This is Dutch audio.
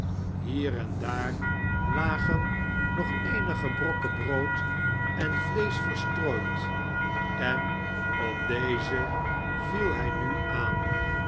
hier en daar lagen nog eenige brokken brood en vleesch verstrooid en op deze viel hij nu aan